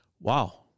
Wow